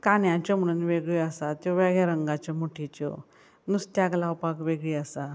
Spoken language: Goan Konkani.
कांद्याच्यो म्हुणून वेगळ्यो आसा त्यो वेगळ्या रंगाच्यो मुठयेच्यो नुस्त्याक लावपाक वेगळी आसा